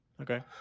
Okay